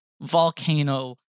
volcano